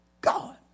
God